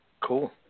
cool